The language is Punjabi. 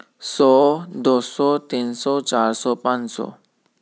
ਸੌ ਦੋ ਸੌ ਤਿੰਨ ਸੌ ਚਾਰ ਸੌ ਪੰਜ ਸੌ